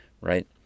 right